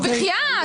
נו, בחייאת.